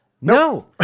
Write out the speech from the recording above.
no